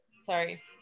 sorry